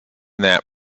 that